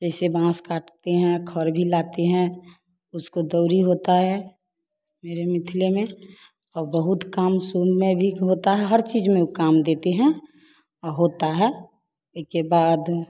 जैसे बांस काटते हैं घर भी लाते हैं उसको दरी होता है मेरे मिथिला में और बहुत कम सुन में भी होता है हर चीज में काम देतें हैं होता है एक के बाद